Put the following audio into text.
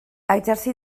exercí